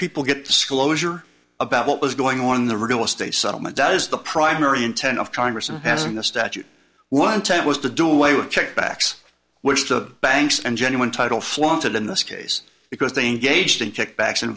people get disclosure about what was going on in the real estate settlement does the primary intent of congress in passing the statute what intent was to do away with check backs which the banks and genuine title flaunted in this case because they engaged in kickbacks in